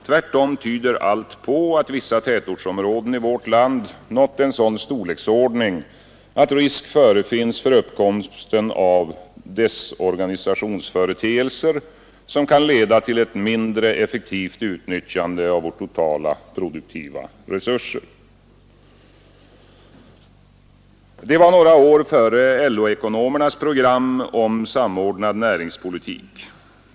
Tvärtom tyder allt på att vissa tätortsområden i vårt land nått en sådan storleksordning att risk förefinns för uppkomsten av desorganisationsföreteelser som kan leda till ett mindre effektivt utnyttjande av våra totala produktiva resurser.” Det var några år före LO-ekonomernas program om samordnad näringspolitik.